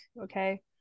okay